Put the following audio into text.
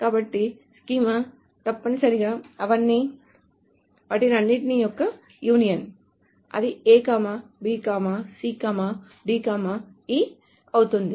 కాబట్టి స్కీమా తప్పనిసరిగా అవన్నీ వాటన్నింటి యొక్క యూనియన్ అది A B C D E అవుతుంది